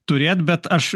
turėt bet aš